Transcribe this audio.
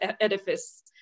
edifice